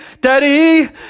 Daddy